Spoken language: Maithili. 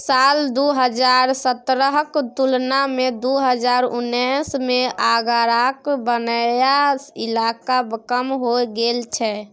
साल दु हजार सतरहक तुलना मे दु हजार उन्नैस मे आगराक बनैया इलाका कम हो गेल छै